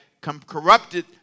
corrupted